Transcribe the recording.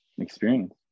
experience